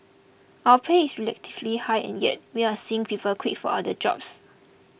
our pay is relatively high and yet we're seeing people quit for other jobs